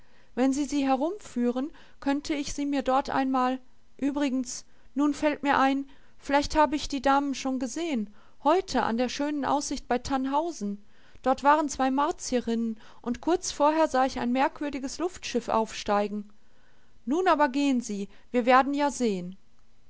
wenn sie sie herumführen könnte ich sie mir dort einmal übrigens nun fällt mir ein vielleicht habe ich die damen schon gesehen heute an der schönen aussicht bei tannhausen dort waren zwei martierinnen und kurz vorher sah ich ein merkwürdiges luftschiff aufsteigen nun aber gehen sie wir werden ja sehen